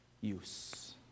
use